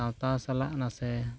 ᱥᱟᱶᱛᱟ ᱥᱟᱞᱟᱜ ᱱᱟᱥᱮ